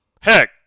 heck